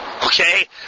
Okay